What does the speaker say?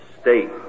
state